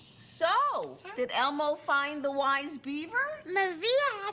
so, did elmo find the wise beaver? maria